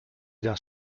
das